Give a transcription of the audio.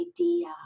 idea